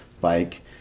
bike